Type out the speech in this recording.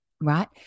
Right